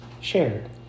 shared